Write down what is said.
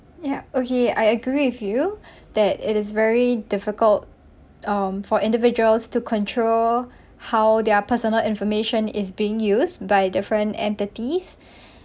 yup okay I agree with you that it is very difficult um for individuals to control how their personal information is being used by different entities